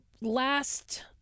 last